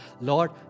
Lord